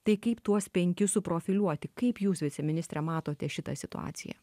tai kaip tuos penkis suprofiliuoti kaip jūs viceministre matote šitą situaciją